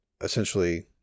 essentially